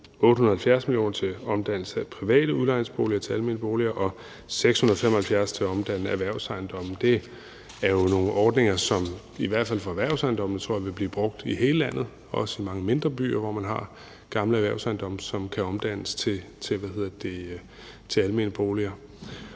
870 mio. kr. til omdannelse af private udlejningsboliger til almene boliger og 675 mio. kr. til at omdanne erhvervsejendomme. Det er jo nogle ordninger, som jeg i hvert fald for erhvervsejendommene tror vil blive brugt i hele landet, også i mange mindre byer, hvor man har gamle erhvervsejendomme, som kan omdannes til almene boliger.